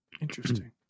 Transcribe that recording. Interesting